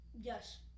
Yes